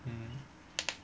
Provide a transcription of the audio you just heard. mm